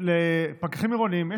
או שאתה נותן רק